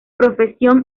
profesión